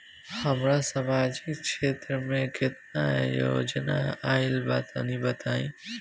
हमरा समाजिक क्षेत्र में केतना योजना आइल बा तनि बताईं?